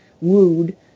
wooed